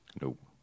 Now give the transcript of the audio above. Nope